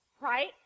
right